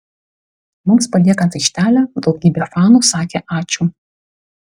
mums paliekant aikštelę daugybė fanų sakė ačiū